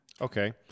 Okay